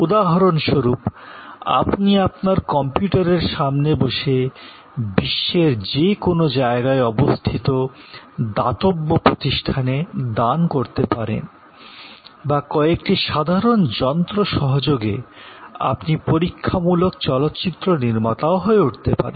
উদাহরণস্বরূপ আপনি আপনার কম্পিউটারের সামনে বসে বিশ্বের যে কোনো জায়গায় অবস্থিত দাতব্য প্রতিষ্ঠানে দান করতে পারেন বা কয়েকটি সাধারণ যন্ত্র সহযোগে আপনি পরীক্ষামূলক চলচ্চিত্র নির্মাতাও হয়ে উঠতে পারেন